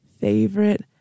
favorite